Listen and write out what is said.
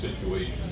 situation